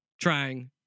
trying